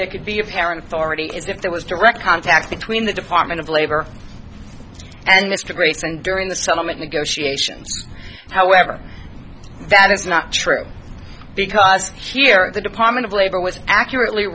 they could be your parents already is if there was direct contact between the department of labor and mr grayson during the settlement negotiations however that is not true because she or the department of labor was accurately